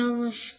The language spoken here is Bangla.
নমস্কার